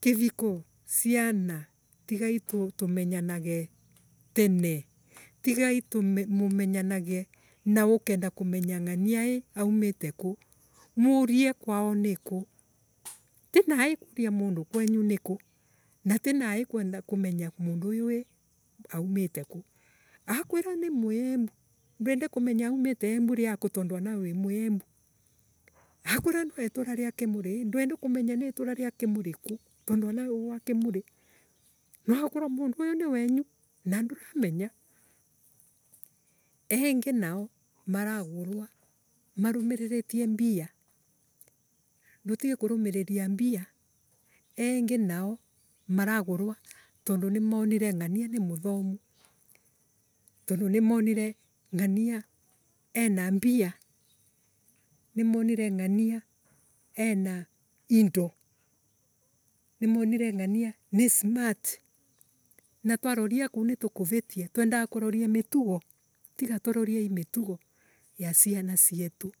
Kiviiko ciana tigai tu tumenyanage tene tigai tu Mumenyanage na ukenda kumenya ngania ii aumite kuu. Murie kwao niku. Tinae kuria mundu kwenyu niku na tinai kwenda kumenya mundu uyu ii aumite ku akwera ni muiembu ndwende kumenya aumite embu riaku tondu anawe wi muiembu. Akorwa ni wa etura ria kimuri ii ndwende kumenya ni itura ria kimuri kuu. tondu anawe wi wa kimuri. No karwe mundu uyu ni wenu na nduramenya. engi nao maragurwa marumiriritie mbia Ndutige kurumiriria mbia. Engi nao maragurwa tondu nimonire ngania nimuthomu tondu nimonire ngania ena mbia nimonire ngania ena indo nimonire ngania ni smart na twaroria kuu. Nitukuvitia twendaga kuroria mitugo. Tigai turoririei mitugo ya ciana cietu.